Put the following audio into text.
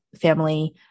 family